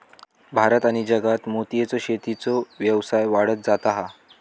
भारत आणि जगात मोतीयेच्या शेतीचो व्यवसाय वाढत जाता हा